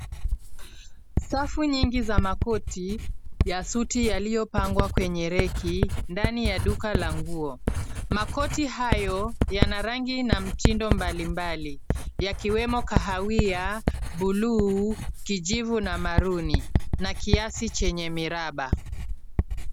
Safu nyingi za makoti ya suti yaliyopangwa kwenye reki ndani ya duka la nguo. Makoti hayo yana rangi na mtindo mbalimbali yakiwemo kahawia, buluu, kijivu na maroon na kiasi chenye miraba.